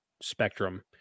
spectrum